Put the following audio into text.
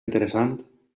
interessant